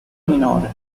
minore